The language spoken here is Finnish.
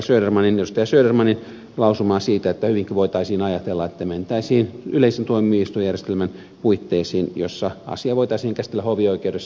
södermanin lausumaa siitä että hyvinkin voitaisiin ajatella että mentäisiin yleisen tuomioistuinjärjestelmän puitteisiin jolloin asia voitaisiin käsitellä hovioikeudessa